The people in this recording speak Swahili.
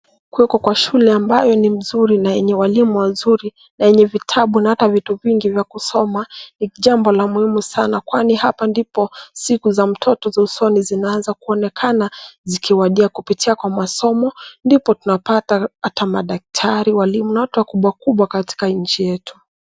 Kuweko kwa shule ambayo ni nzuri na yenye walimu wazuri na vitabu na hata vitu vingi vya kusoma ni jambo la muhimu sana kwani hapa ndipo siku za mtoto za usoni zinaanza kuonekana zikiwadia kupitia kwa masomo ndipo tunapata hata madaktari walimu na watu wakubwa kubwa katika nchi yetu.